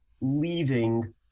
leaving